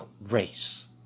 race